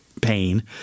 pain